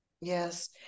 Yes